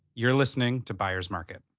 you're listening to byers market.